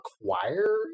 acquire